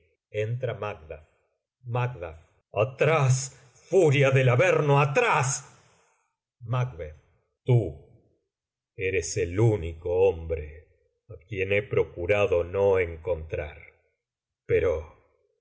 en mí entm macduff macd atrás furia del averno atrás macb tú eres el único hombre á quien he procurado no encontrar pero